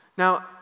Now